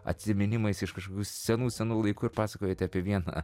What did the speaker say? atsiminimais iš kažkokių senų senų laikų ir pasakojote apie vieną